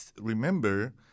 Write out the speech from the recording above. remember